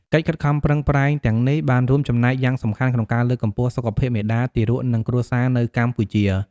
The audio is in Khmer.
កិច្ចខិតខំប្រឹងប្រែងទាំងនេះបានរួមចំណែកយ៉ាងសំខាន់ក្នុងការលើកកម្ពស់សុខភាពមាតា ទារក និងគ្រួសារនៅកម្ពុជា ។